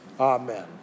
amen